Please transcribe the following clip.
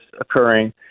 occurring